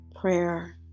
Prayer